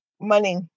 money